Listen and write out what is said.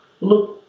Look